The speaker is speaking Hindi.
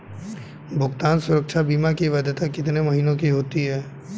भुगतान सुरक्षा बीमा की वैधता कितने महीनों की होती है?